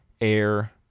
Air